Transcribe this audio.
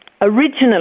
originally